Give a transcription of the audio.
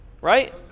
right